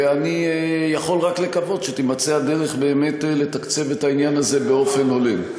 ואני יכול רק לקוות שתימצא הדרך לתקצב את העניין הזה באופן הולם.